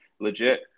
legit